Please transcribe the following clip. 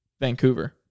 Vancouver